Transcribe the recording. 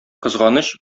кызганыч